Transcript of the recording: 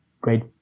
great